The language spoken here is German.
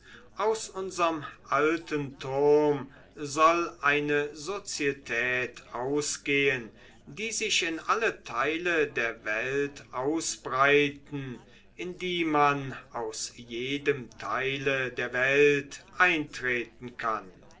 aus unserm alten turm soll eine sozietät ausgehen die sich in alle teile der welt ausbreiten in die man aus jedem teile der welt eintreten kann